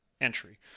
entry